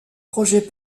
projets